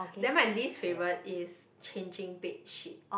then my least favorite is changing bed sheet